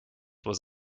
was